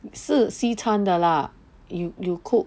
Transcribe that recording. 是西餐的 lah you you cook